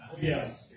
Yes